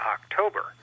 October